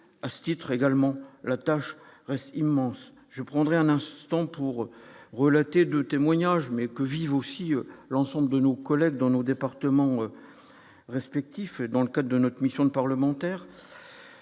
à ce titre également la tâche reste immense, je prendrai un instant pour relater de témoignages, mais que aussi l'ensemble de nos collègues dans nos département respectif dans le cas de notre mission de parlementaire.